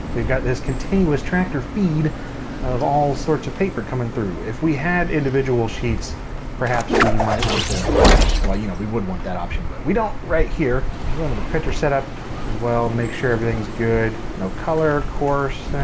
we've got this continuous tractor feed of all sorts of paper coming through. if we had individual sheets perhaps we might want to well you know we wouldn't want that option but we don't. right here we're under the printer setup as well make sure everything's good, no color course,